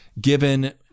given